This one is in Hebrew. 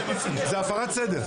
הפרת סדר.